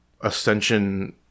Ascension